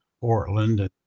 Portland